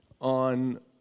on